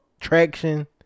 traction